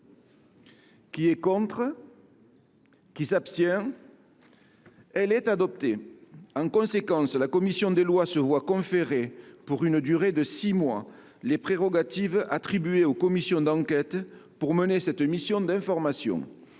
de la commission des lois. En conséquence, la commission des lois se voit conférer, pour une durée de six mois, les prérogatives attribuées aux commissions d’enquête pour mener cette mission d’information.